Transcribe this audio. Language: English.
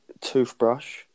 toothbrush